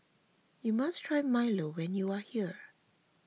you must try Milo when you are here